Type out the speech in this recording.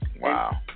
wow